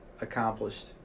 accomplished